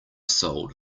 sold